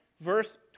verse